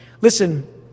Listen